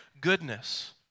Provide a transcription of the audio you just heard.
goodness